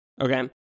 Okay